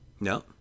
no